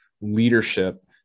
leadership